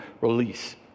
release